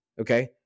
okay